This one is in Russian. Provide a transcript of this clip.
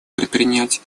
предпринять